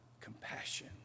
compassion